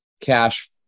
cash